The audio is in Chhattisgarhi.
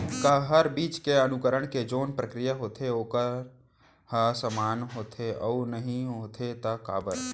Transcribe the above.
का हर बीज के अंकुरण के जोन प्रक्रिया होथे वोकर ह समान होथे, अऊ नहीं होथे ता काबर?